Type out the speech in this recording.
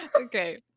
Okay